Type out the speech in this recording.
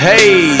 Hey